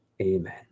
amen